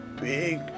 big